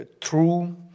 true